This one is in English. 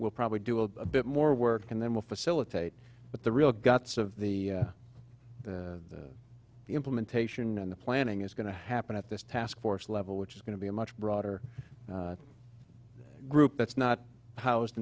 we'll probably do a bit more work and then we'll facilitate but the real guts of the implementation and the planning is going to happen at this task force level which is going to be a much broader group that's not how it